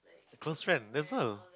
close friend that's all